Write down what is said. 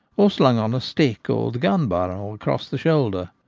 or slung on a stick or the gun-barrel across the shoulder.